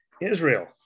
Israel